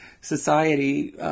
society